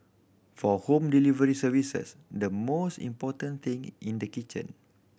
for home delivery services the most important thing in the kitchen